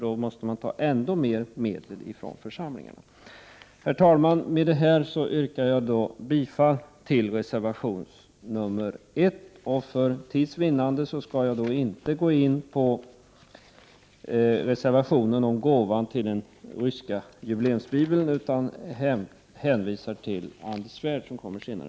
Då måste man nämligen ta ännu mer medel från församlingarna. Herr talman! Med detta yrkar jag bifall till reservation 1. För tids vinnande skall jag inte diskutera reservationen om gåvan till den ryska jubileumsbibeln. Jag hänvisar till Anders Svärd som skall tala senare.